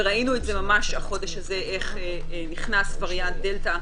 וראינו ממש החודש הזה איך נכנס וריאנט דלתא,